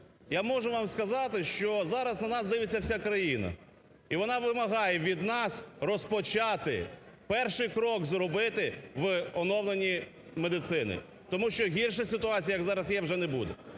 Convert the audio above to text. Я можу вам сказати, що зараз на нас дивиться вся країна, і вона вимагає від нас розпочати перший крок зробити в оновленні медицини. Тому що гірша ситуація, як зараз є, вже не буде.